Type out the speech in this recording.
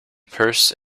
purse